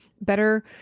better